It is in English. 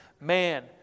Man